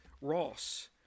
Ross